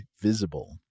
Visible